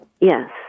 Yes